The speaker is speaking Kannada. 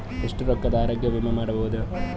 ಎಷ್ಟ ರೊಕ್ಕದ ಆರೋಗ್ಯ ವಿಮಾ ಮಾಡಬಹುದು?